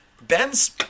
Ben's